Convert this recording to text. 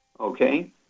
Okay